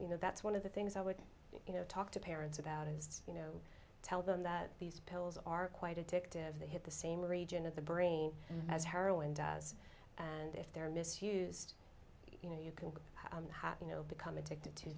you know that's one of the things i would you know talk to parents about is you know tell them that these pills are quite addictive they hit the same region of the brain as heroin does and if they're misused you know you can become addicted to